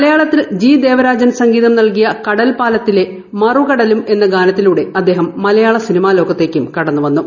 മലയാളത്തിൽ ജി ദേവരാജൻ സംഗീതം നൽകിയ കടൽപ്പാലത്തിലെ മറുകടലും എന്ന ഗാനത്തിലൂടെ അദ്ദേഹം മലയാള സിനിമാ ലോകത്തേക്കും കടന്നു വന്നു